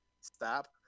Stop